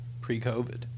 pre-COVID